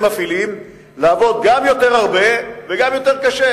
מפעילים לעבוד גם יותר הרבה וגם יותר קשה,